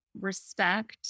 respect